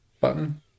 button